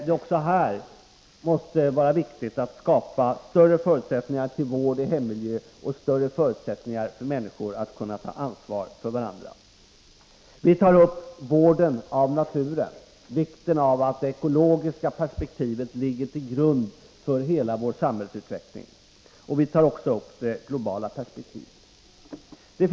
Det måste vara viktigt att skapa större förutsättningar till vård i hemmiljö med ökade möjligheter för människor att kunna ta ansvar för varandra. Vi tar upp frågan om vården av naturen och vikten av att det ekologiska perspektivet ligger till grund för hela vår samhällsutveckling. Vi tar i motionen också upp de globala perspektiven.